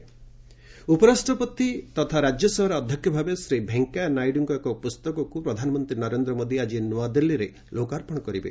PM VP book release ଉପରାଷ୍ଟ୍ରପତି ତଥା ରାଜ୍ୟସଭାର ଅଧ୍ୟକ୍ଷ ଭାବେ ଶ୍ରୀ ଭେଙ୍କେୟା ନାଇଡୁଙ୍କ ଏକ ପୁସ୍ତକକୁ ପ୍ରଧାନମନ୍ତ୍ରୀ ନରେନ୍ଦ୍ର ମୋଦି ଆଜି ନ୍ତଆଦିଲ୍ଲୀରେ ଲୋକାର୍ପଣ କରିବେ